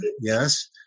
yes